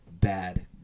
bad